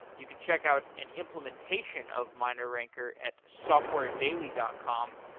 you can check out and implementation of mineranker at softwaredaily dot com.